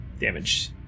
damage